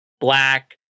black